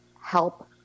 help